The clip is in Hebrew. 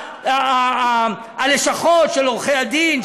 הלשכות של עורכי-הדין,